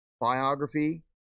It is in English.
biography